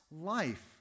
life